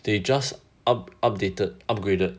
they just up~ updated upgraded